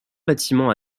bâtiment